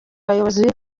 bayobozi